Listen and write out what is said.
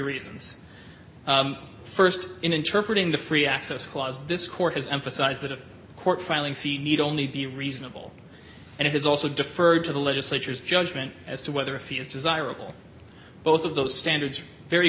reasons first interpret in the free access clause this court has emphasized that a court filing fee need only be reasonable and it is also deferred to the legislature's judgment as to whether a fee is desirable both of those standards very